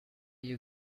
you